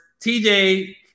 TJ